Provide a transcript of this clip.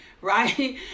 right